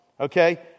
okay